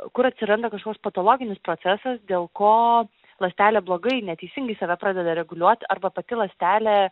kur atsiranda kažkoks patologinis procesas dėl ko ląstelė blogai neteisingai save pradeda reguliuot arba pati ląstelė